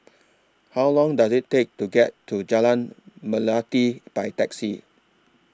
How Long Does IT Take to get to Jalan Melati By Taxi